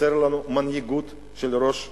חסרה לנו מנהיגות של ראש ממשלה.